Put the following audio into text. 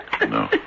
No